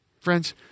Friends